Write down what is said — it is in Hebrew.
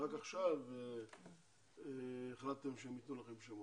רק עכשיו החלטתם שהם ייתנו לכם שמות.